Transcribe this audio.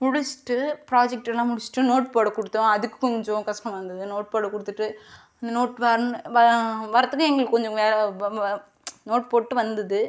முடிச்சிட்டு ப்ராஜெக்ட்லாம் முடிச்சிட்டு நோட் போட கொடுத்தோம் அதுக்கு கொஞ்சம் கஷ்டமாக இருந்தது நோட் போட கொடுத்துட்டு நோட் வரத்துக்கு எங்களுக்கு கொஞ்சம் வேற நோட் போட்டு வந்தது